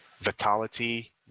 Vitality